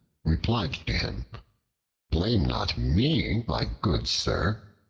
replied to him blame not me, my good sir,